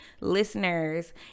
listeners